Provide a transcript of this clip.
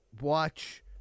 watch